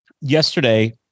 yesterday